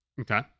Okay